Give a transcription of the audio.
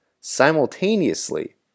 simultaneously